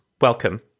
welcome